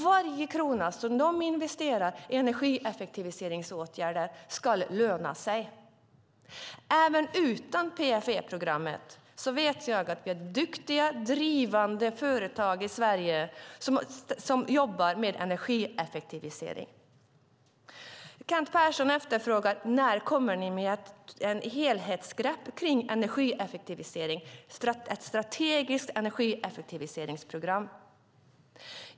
Varje krona som de investerar i energieffektiviseringsåtgärder ska löna sig. Jag vet att vi har duktiga och drivande företag i Sverige som jobbar med energieffektivisering även utan PFE-programmet. Kent Persson frågar: När kommer ni med ett helhetsgrepp på energieffektivisering och ett strategiskt energieffektiviseringsprogram?